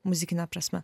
muzikine prasme